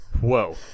Whoa